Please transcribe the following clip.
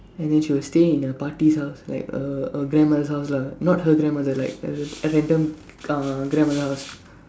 and then she will stay in a பாட்டி:patdi house like a a grandmother's house lah not her grandmother like a random uh grandmother's house